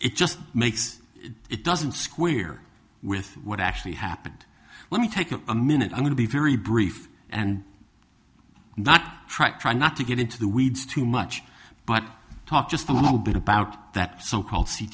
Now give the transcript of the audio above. it just makes it doesn't square with what actually happened let me take a minute i'm going to be very brief and not try try not to get into the weeds too much but talk just a little bit about that